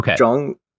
Okay